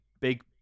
big